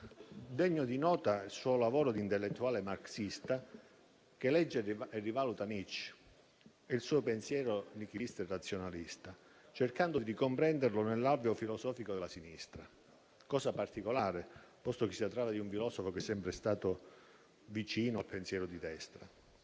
Degno di nota il suo lavoro di intellettuale marxista, che legge e rivaluta Nietzsche e il suo pensiero nichilista e razionalista, cercando di comprenderlo nell'alveo filosofico della sinistra: cosa particolare, posto che si trattava di un filosofo che è sempre stato vicino al pensiero di destra.